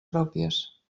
pròpies